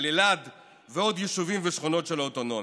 על אלעד ועוד יישובים ושכונות של האוטונומיה.